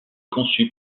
conçu